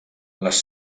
les